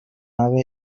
ave